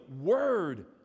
word